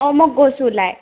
অঁ মই গৈছোঁ ওলাই